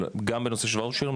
גם בנושא של וואוצ'רים,